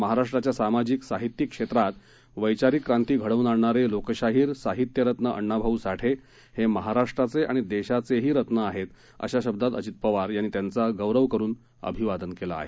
महाराष्ट्राच्या सामाजिक साहित्यिक क्षेत्रात वैचारिक क्रांती घडवून आणणारे लोकशाहीर साहित्यरत्न अण्णाभाऊ साठे हे महाराष्ट्राचे आणि देशाचेही रत्न आहेत अशा शब्दात अजित पवार यांनी त्यांचा गौरव करुन अभिवादन केलं आहे